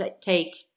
take